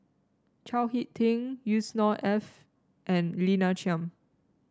Chao HicK Tin Yusnor Ef and Lina Chiam